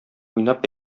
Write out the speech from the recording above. уйнап